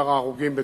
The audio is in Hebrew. במספר ההרוגים,